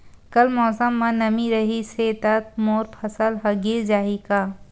कल मौसम म नमी रहिस हे त मोर फसल ह गिर जाही का?